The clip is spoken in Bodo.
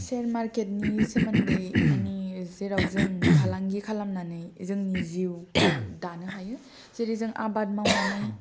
शेयार मार्केटनि सोमोन्दै मानि जेराव जों फालांगि खालामनानै जोंनि जिउखौ दानो हायो जेरै जों आबाद मावनानै